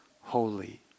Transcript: holy